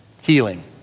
healing